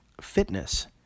fitness